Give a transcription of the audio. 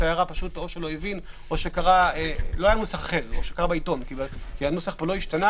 ההערה או שלא הבין או שקרא בעיתון כי הנוסח פה לא השתנה